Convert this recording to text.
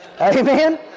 Amen